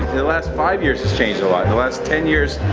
the last five years has changed a lot. the last ten years